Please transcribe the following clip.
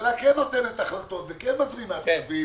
כשהממשלה כן נותנת החלטות וכן מזרימה כספים